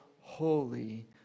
holy